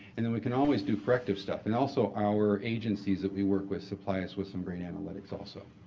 and then we can always do corrective stuff. and also our agencies that we work with supply us with some great analytics, also.